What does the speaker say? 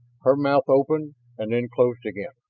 her mouth opened and then closed again.